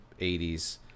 80s